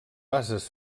bases